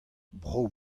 brav